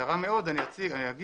בקצרה מאוד אני אומר שהיעדים